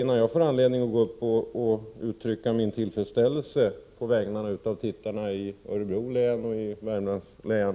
Innan jag får anledning att uttrycka min tillfredsställelse å tittarnas i Örebro och Värmlands län